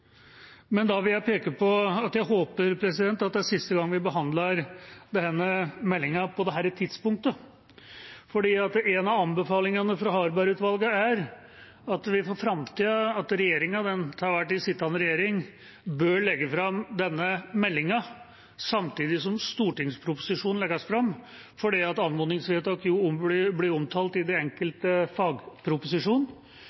Men da vil jeg peke på at jeg håper det er siste gang vi behandler denne meldinga på dette tidspunktet. For en av anbefalingene fra Harberg-utvalget er at den til enhver tid sittende regjering for framtida bør legge fram denne meldinga samtidig som stortingsproposisjonen legges fram, for anmodningsvedtak blir jo omtalt i den enkelte fagproposisjon. Det